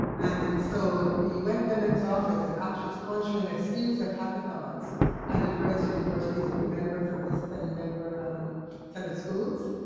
and so, the un women's office is actually sponsoring a series of hackathons at the various universities that are members of this ten member um set of schools,